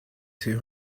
two